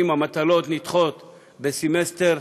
שאלתי: מה יקרה כראש הממשלה יגיע עוד הפעם לארצות הברית?